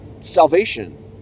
salvation